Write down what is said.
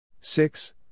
Six